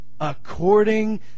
according